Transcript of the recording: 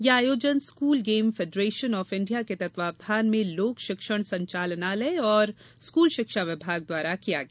यह आयोजन school game federation of India के तत्वावधान में लोक शिक्षण संचालनालय और स्कूल शिक्षा विभाग द्वारा किया गया